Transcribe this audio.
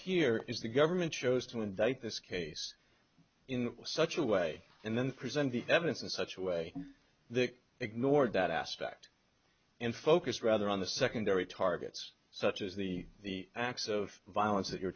here is the government chose to indict this case in such a way and then present the evidence in such a way they ignored that aspect and focus rather on the secondary targets such as the the acts of violence that you